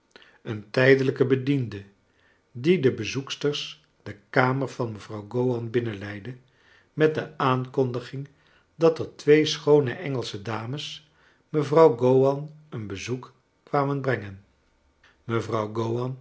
een tijdelijke bediendo die de bezoeksters de kamer van mevrouw go wan binnenleidde met de aankondiging dat cr twee schoonc engelsche dames mevrouw go wan een bezoek kwamen brengen mevrouw